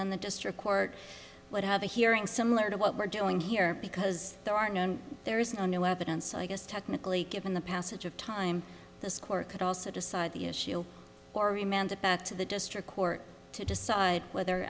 then the district court would have a hearing similar to what we're doing here because there are no there is no new evidence i guess technically given the passage of time the score could also decide the issue or remained it back to the district court to decide whether